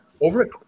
over